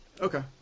okay